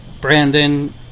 Brandon